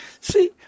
see